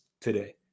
today